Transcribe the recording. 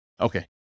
Okay